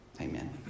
Amen